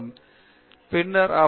பேராசிரியர் பிரதாப் ஹரிதாஸ் சரி